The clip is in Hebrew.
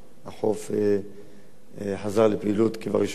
החוף חזר לפעילות כבראשונה.